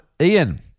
Ian